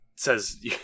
says